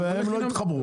הם לא יתחברו.